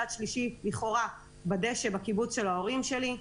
צד שלישי, לכאורה, בדשא בקיבוץ של ההורים שלי.